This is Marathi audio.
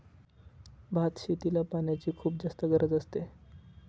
भात शेतीला पाण्याची खुप जास्त गरज असते